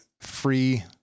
free